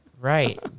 Right